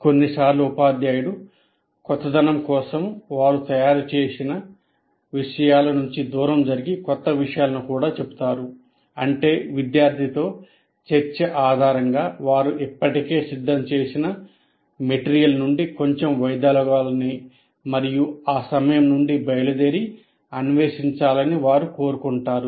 కొన్నిసార్లు ఉపాధ్యాయుడు కొత్తదనం కోసం వారు తయారుచేసిన విషయాలు నుంచి దూరం జరిగి కొత్త విషయాలను కూడా చెబుతారు అంటే విద్యార్థితో చర్చ ఆధారంగా వారు ఇప్పటికే సిద్ధం చేసిన పదార్థం నుండి కొంచెం వైదొలగాలని మరియు ఆ సమయం నుండి బయలుదేరి అన్వేషించాలని వారు కోరుకుంటారు